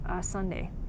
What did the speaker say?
Sunday